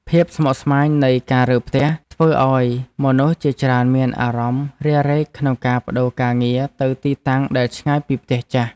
ភាពស្មុគស្មាញនៃការរើផ្ទះធ្វើឱ្យមនុស្សជាច្រើនមានអារម្មណ៍រារែកក្នុងការប្ដូរការងារទៅទីតាំងដែលឆ្ងាយពីផ្ទះចាស់។